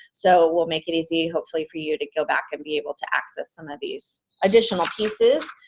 so we'll make it easy hopefully for you to go back and be able to access some of these additional pieces.